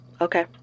Okay